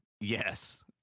Yes